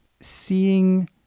seeing